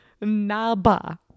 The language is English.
naba